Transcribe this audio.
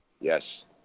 Yes